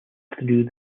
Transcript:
through